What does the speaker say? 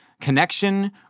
connection